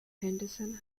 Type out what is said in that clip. henderson